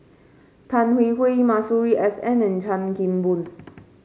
Tan Hwee Hwee Masuri S N and Chan Kim Boon